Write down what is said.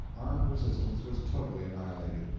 armed resistance was totally annihilated,